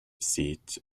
seat